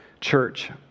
Church